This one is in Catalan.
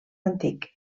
antic